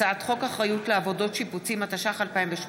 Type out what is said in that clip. הצעת חוק אחריות לעבודות שיפוצים, התשע"ח 2018,